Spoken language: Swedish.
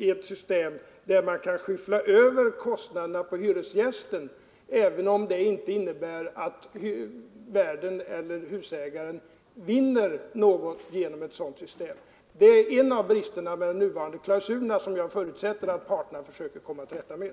ert system är ju att man kan skyffla över kostnaderna på hyresgästen, även om det inte innebär att värden eller husägaren vinner någonting. Det är en av bristerna med de nuvarande klausulerna, som jag förutsätter att parterna försöker komma till rätta med.